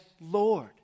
Lord